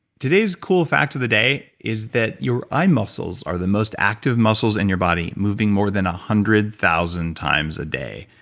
today's cool fact of the day is that your eye muscles are the most active muscles in your body, moving more than one hundred thousand times a day.